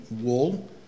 wool